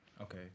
okay